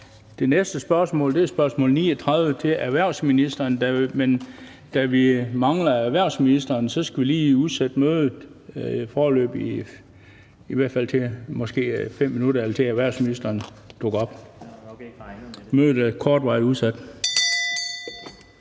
Det næste spørgsmål er spørgsmål 39 til erhvervsministeren, men da vi mangler erhvervsministeren, skal vi lige udsætte mødet, foreløbig i i hvert fald 5 minutter, eller til erhvervsministeren dukker op. Kl. 16:32 Spm.